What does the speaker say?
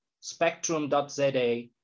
Spectrum.za